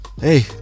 hey